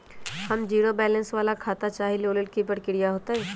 हम zero balance वाला खाता चाहइले वो लेल की की प्रक्रिया होतई?